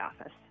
office